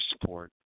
support